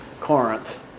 Corinth